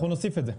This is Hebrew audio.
אנחנו נוסיף את זה.